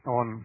on